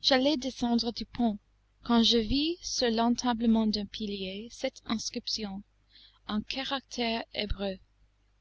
j'allais descendre du pont quand je vis sur l'entablement d'un pilier cette inscription en caractères hébreux